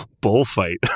bullfight